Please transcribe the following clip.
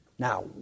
Now